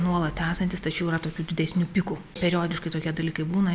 nuolat esantis tačiau yra tokių didesnių pikų periodiškai tokie dalykai būna